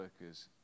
workers